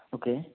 okay